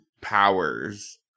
powers